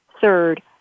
third